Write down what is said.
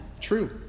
True